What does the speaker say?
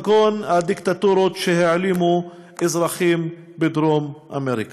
כגון הדיקטטורות שהעלימו אזרחים בדרום אמריקה.